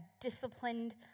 disciplined